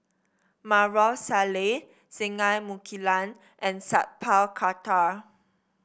Maarof Salleh Singai Mukilan and Sat Pal Khattar